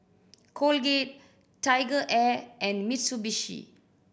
Colgate TigerAir and Mitsubishi